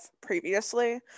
previously